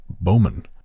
Bowman